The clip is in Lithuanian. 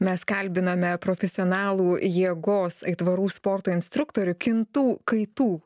mes kalbiname profesionalų jėgos aitvarų sporto instruktorių kintų kaitų